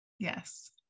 Yes